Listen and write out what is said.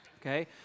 Okay